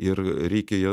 ir reikėjo